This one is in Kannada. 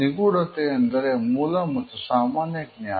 ನಿಗೂಢತೆ ಅಂದರೆ ಮೂಲ ಮತ್ತು ಸಾಮಾನ್ಯ ಜ್ಞಾನ